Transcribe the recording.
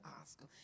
Oscar